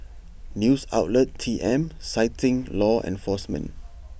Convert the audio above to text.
news outlet T M citing law enforcement